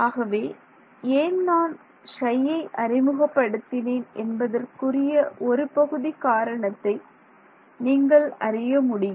ஆகவே ஏன் நான் Ψயை அறிமுகப்படுத்தினேன் என்பதற்குரிய ஒரு பகுதி காரணத்தை நீங்கள் அறிய முடியும்